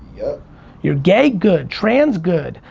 yeah you're gay, good, trans, good,